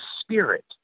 spirit